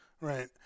right